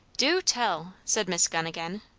du tell! said miss gunn again,